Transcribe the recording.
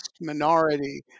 minority